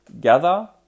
gather